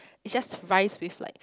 it's just rice with like